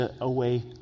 away